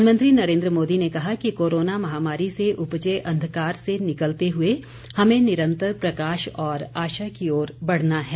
प्रधानमंत्री नरेंद्र मोदी ने कहा कि कोरोना महामारी से उपजे अंधकार से निकलते हुए हमें निरंतर प्रकाश और आशा की ओर बढ़ना है